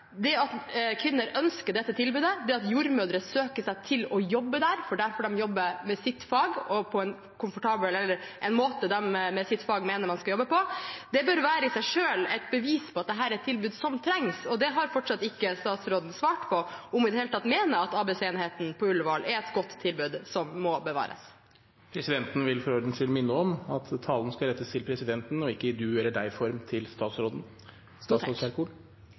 Det at kvinner ønsker dette tilbudet, at jordmødre søker seg til å jobbe der, for der får de jobbe med sitt fag og på en måte de mener at man skal jobbe med sitt fag på, bør i seg selv være et bevis på at dette er et tilbud som trengs. Det har fortsatt ikke statsråden svart på – om hun i det hele tatt mener at ABC-enheten på Ullevål er et godt tilbud som må bevares. Presidenten vil for ordens skyld minne om at talen skal rettes til presidenten og ikke være i du- eller deg-form til statsråden.